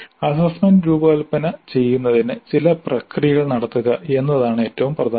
assessment രൂപകൽപ്പന ചെയ്യുന്നതിന് ചില പ്രക്രിയകൾ നടത്തുക എന്നതാണ് ഏറ്റവും പ്രധാനം